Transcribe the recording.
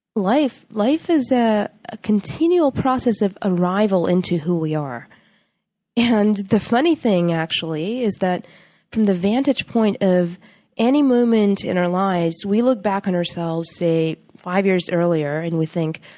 life life is ah a continual process of arrival into who we are and the funny thing, actually, is, from the vantage point of any moment in our lives, we look back on ourselves, say, five years earlier and we think,